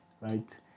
right